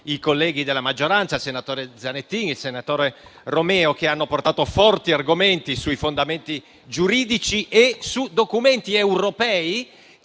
i colleghi della maggioranza, senatori Zanettin e Romeo, che hanno portato forti argomenti sui fondamenti giuridici e su documenti europei